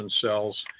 cells